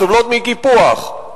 סובלות מקיפוח.